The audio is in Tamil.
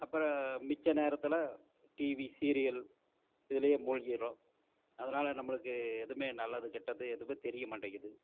அப்புறம் மிச்ச நேரத்தில் டிவி சீரியல் இதுலேயே மூழ்கிவிடுறோம் அதனால் நம்மளுக்கு எதுமே நல்லது கெட்டது எதுவுமே தெரிய மாட்டேங்கிறது